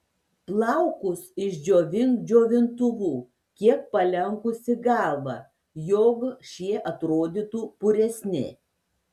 plaukus išdžiovink džiovintuvu kiek palenkusi galvą jog šie atrodytų puresni